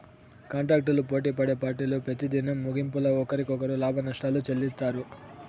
కాంటాక్టులు పోటిపడే పార్టీలు పెతిదినం ముగింపుల ఒకరికొకరు లాభనష్టాలు చెల్లిత్తారు